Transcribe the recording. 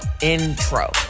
intro